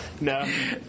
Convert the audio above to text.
no